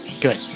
Good